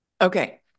Okay